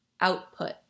output